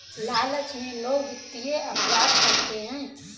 लालच में लोग वित्तीय अपराध करते हैं